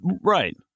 right